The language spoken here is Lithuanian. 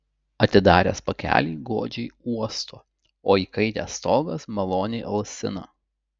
atidaręs pakelį godžiai uosto o įkaitęs stogas maloniai alsina